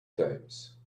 times